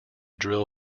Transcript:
drill